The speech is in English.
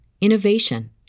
innovation